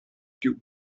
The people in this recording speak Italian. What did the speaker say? più